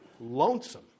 lonesome